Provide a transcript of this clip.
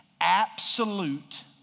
absolute